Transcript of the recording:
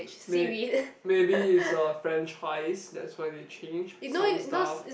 may maybe it's a franchise that's why they change some stuff